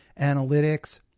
analytics